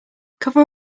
cover